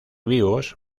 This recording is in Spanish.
vivos